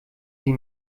sie